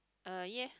uh ya